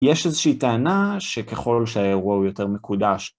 יש איזושהי טענה שככל שהאירוע הוא יותר מקודש.